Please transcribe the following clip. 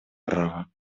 права